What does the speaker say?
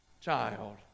child